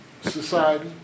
society